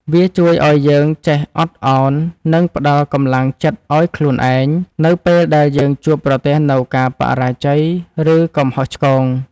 វាជួយឱ្យយើងចេះអត់ឱន និងផ្ដល់កម្លាំងចិត្តឱ្យខ្លួនឯង នៅពេលដែលយើងជួបប្រទះនូវការបរាជ័យ ឬកំហុសឆ្គង។